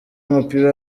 w’umupira